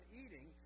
eating